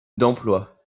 d’emploi